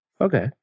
Okay